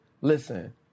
listen